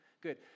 Good